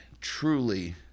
truly